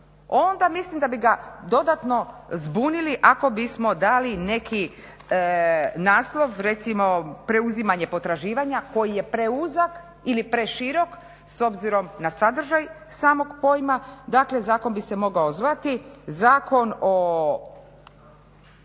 onda mislim da bi ga dodatno zbunili ako bismo dali neki naslov, recimo preuzimanje potraživanja koji je preuzak ili preširok s obzirom na sadržaj samog pojma. Dakle zakon bi se mogao zvati Zakon o